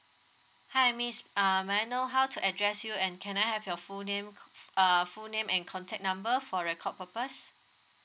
hi miss uh may I know how to address you and can I have your full name uh full name and contact number for record purpose